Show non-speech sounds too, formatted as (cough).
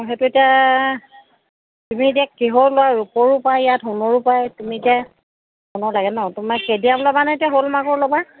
সেইটো এতিয়া তুমি এতিয়া কিহৰ লোৱা ৰূপৰো পায় ইয়াত সোণৰো পায় তুমি এতিয়া সোণৰ লাগে ন' তুমি (unintelligible) ল'বানে এতিয়া হলমাৰ্কৰ ল'বা